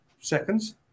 seconds